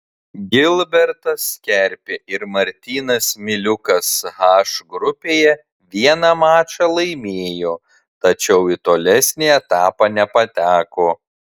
gilbertas kerpė ir martynas miliukas h grupėje vieną mačą laimėjo tačiau į tolesnį etapą nepateko